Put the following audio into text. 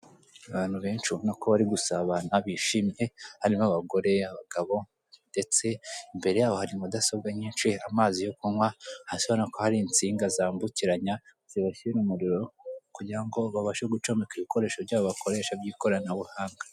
Abantu benshi ubona ko barigusabana bishimye harimo abagore, abagabo ndetse imbere yabo hari mudasobwa nyinshi, amazi yo kunywa hasi ubona ko hari insinga zambukiranya zibashyira umuriro kugira ngo babashe gucomeka ibikoresho byabo bakoresha by'ikoranabuhanga.